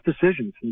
decisions